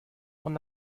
when